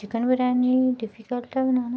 chicken biryani बी difficult ऐ बनाना